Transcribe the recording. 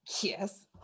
Yes